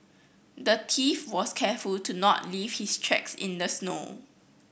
the thief was careful to not leave his tracks in the snow